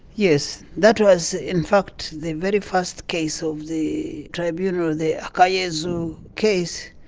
yes, that was in fact the very first case of the tribunal, the akayesu case.